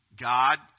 God